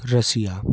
Russia